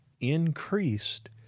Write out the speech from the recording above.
increased